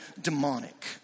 demonic